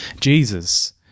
Jesus